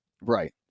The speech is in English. Right